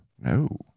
No